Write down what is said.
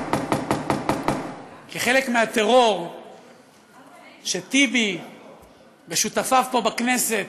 כחלק מהטרור שטיבי ושותפיו פה, בכנסת,